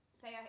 say